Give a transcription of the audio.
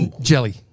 Jelly